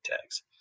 tags